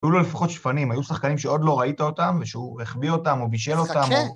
היו לו לפחות שפנים, היו שחקנים שעוד לא ראית אותם ושהוא החביא אותם או בישל אותם.